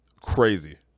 crazy